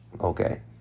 Okay